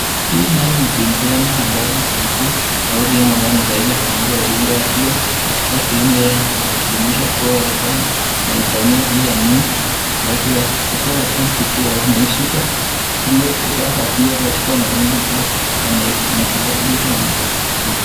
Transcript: Hii nao ni upinzani ambao ni mkuu wa ODM ambao Raila Amolo Odinga akiwa katika sehemu yeye akijumuisha kuwa walikuwa wanaifanyia PNU siasa. Akiwa katika mshiriki wa umeishika. zile vifaa akiwa katika onaonyo kuwa wana kuna vifaa huitwa wanataka kunywa.